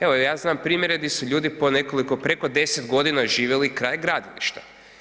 Evo, ja znam primjere di su ljudi po nekoliko, preko 10 godina živjeli kraj gradilišta.